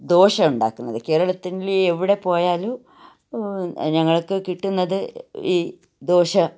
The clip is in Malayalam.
ദോശ ഉണ്ടാക്കുന്നത് കേരളത്തിൽ എവിടെ പോയാലും ഞങ്ങൾക്ക് കിട്ടുന്നത് ഈ ദോശ